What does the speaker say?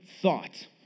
thought